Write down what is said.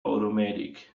automatic